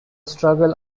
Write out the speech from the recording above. struggle